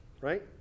right